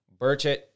Burchett